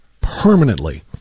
permanently